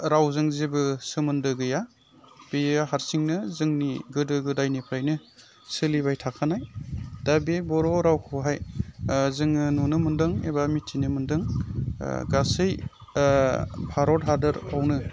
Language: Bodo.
रावजों जेबो सोमोन्दो गैया बेयो हारसिंनो जोंनि गोदो गोदायनिफ्रायनो सोलिबाय थाखानाय दा बे बर' रावखौहाय जोङो नुनो मोनदों एबा मिथिनो मोनदों गासै भारत हादोरावनो